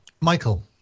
michael